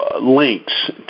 links